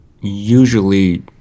Usually